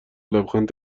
لبخند